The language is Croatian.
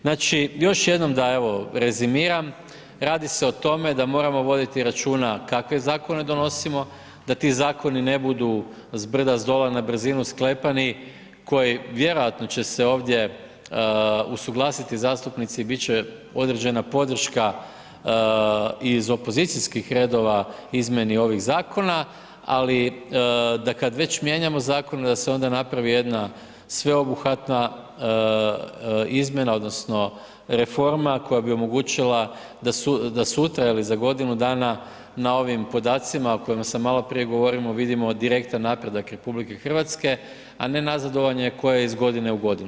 Znači još jednom da evo rezimiram, radi se o tome da moramo voditi računa kakve zakone donosimo, da ti zakoni ne budu zbrda zdola na brzinu sklepani koji vjerojatno će se ovdje usuglasiti zastupnici i biti će određena podrška i iz opozicijskih redova izmjeni ovih zakona ali da kad već mijenjamo zakone da se onda napravi jedna sveobuhvatna izmjena, odnosno reforma koja bi omogućila da sutra ili za godinu dana na ovim podacima o kojima sam malo prije govorio vidimo direktan napredak RH a ne nazadovanje koje je iz godine u godinu.